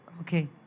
Okay